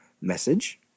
message